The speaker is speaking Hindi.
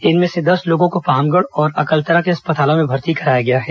इनमें से दस लोगों को पामगढ़ और अकलतरा के अस्पतालों में भर्ती कराया गया है